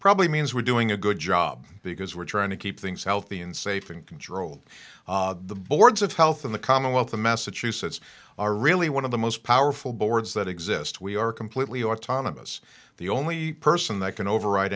probably means we're doing a good job because we're trying to keep things healthy and safe and controlled the boards of health in the commonwealth of massachusetts are really one of the most powerful boards that exist we are completely autonomous the only person that can override